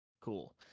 Cool